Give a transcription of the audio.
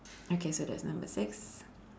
okay so that's number six